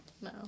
No